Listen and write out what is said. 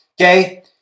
okay